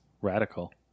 Radical